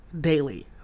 daily